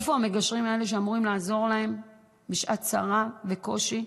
איפה המגשרים האלה שאמורים לעזור להם בשעת צרה וקושי.